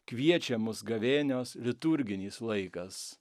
kviečiamos gavėnios liturginis laikas